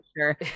sure